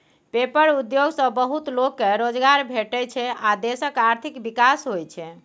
paper उद्योग सँ बहुत लोक केँ रोजगार भेटै छै आ देशक आर्थिक विकास होइ छै